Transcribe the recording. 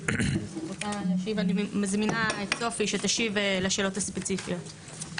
אני מזמינה את סופי שתשיב לשאלות הספציפיות.